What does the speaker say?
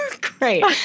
great